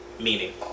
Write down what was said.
meaning